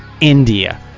India